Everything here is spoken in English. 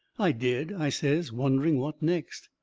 i did, i says, wondering what next.